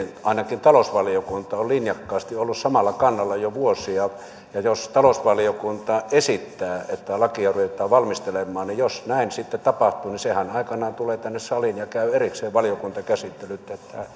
ainakin talousvaliokunta on linjakkaasti ollut samalla kannalla jo vuosia ja jos talousvaliokunta esittää että lakia ruvetaan valmistelemaan niin jos näin sitten tapahtuu niin sehän aikanaan tulee tänne saliin ja käy erikseen valiokuntakäsittelyt